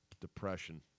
depression